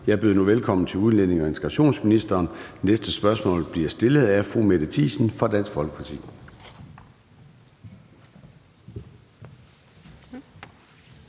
Jeg byder nu velkommen til udlændinge- og integrationsministeren. Næste spørgsmål bliver stillet af fru Mette Thiesen fra Dansk Folkeparti.